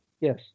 Yes